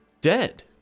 dead